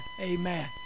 Amen